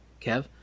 Kev